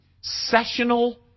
sessional